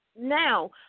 Now